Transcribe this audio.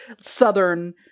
southern